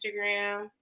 Instagram